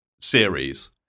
series